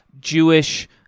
Jewish